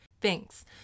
Thanks